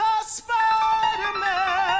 Spider-Man